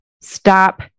stop